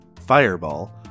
fireball